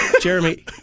jeremy